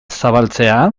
zabaltzea